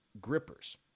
grippers